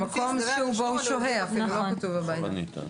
למקום שבו הוא שוהה, אפילו לא כתוב הבית.